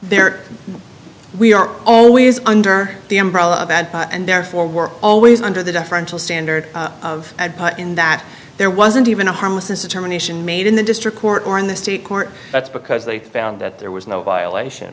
their we are always under the umbrella of bad and therefore we're always under the deferential standard of add in that there wasn't even a harmless determination made in the district court or in the state court that's because they found that there was no violation